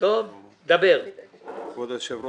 כבוד היושב ראש,